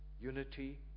unity